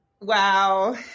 wow